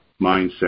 mindset